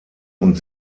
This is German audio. und